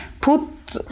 put